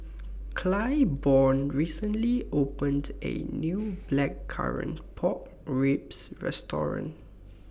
Claiborne recently opened A New Blackcurrant Pork Ribs Restaurant